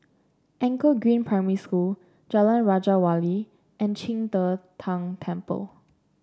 Anchor Green Primary School Jalan Raja Wali and Qing De Tang Temple